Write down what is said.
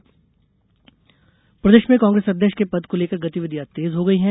प्रदेश अध्यक्ष कांग्रेस प्रदेश में कांग्रेस अध्यक्ष के पद को लेकर गतिविधियां तेज हो गई है